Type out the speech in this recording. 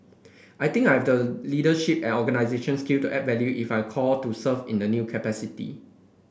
I think I've the leadership and organisation skill to add value if I called to serve in new capacity